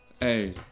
Hey